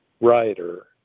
writer